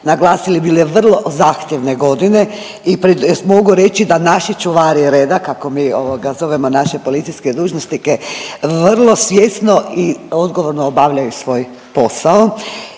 naglasili bile vrlo zahtjevne godine i mogu reći da naši čuvari reda, kako mi ovoga zovemo naše policijske dužnosnike, vrlo svjesno i odgovorno obavljaju svoj posao